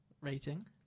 rating